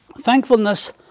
thankfulness